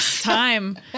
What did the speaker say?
time